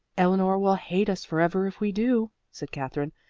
eleanor will hate us forever if we do, said katherine,